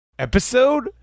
Episode